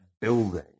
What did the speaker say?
building